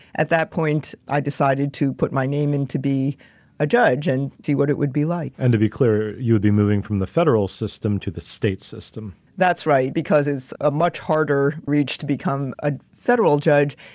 at that point, i decided to put my name into be a judge and see what it would be like. and to be clear, you'd be moving from the federal system to the state system. that's right, because it's a much harder reach to become a federal judge.